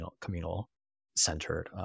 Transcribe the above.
communal-centered